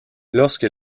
lorsque